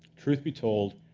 truth be told,